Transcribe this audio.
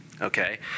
okay